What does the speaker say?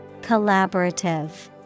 Collaborative